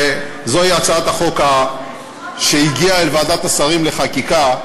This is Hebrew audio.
וזוהי הצעת חוק שהגיעה אל ועדת השרים לחקיקה,